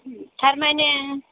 थारमाने